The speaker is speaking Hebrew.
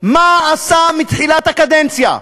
מה עשה מתחילת הקדנציה,